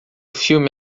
filme